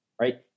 right